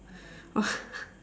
oh